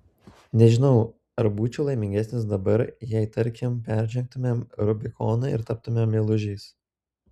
nežinau ar būčiau laimingesnis dabar jei tarkim peržengtumėm rubikoną ir taptumėm meilužiais